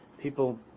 People